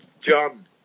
John